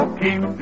keep